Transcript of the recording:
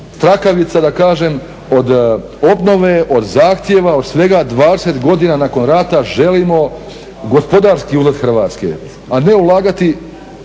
trakavica da kažem od obnove, od zahtjeva, od svega 20 godina nakon rata želimo gospodarski uzlet Hrvatske, a ne ulagati,